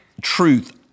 truth